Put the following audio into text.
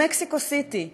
במקסיקו-סיטי,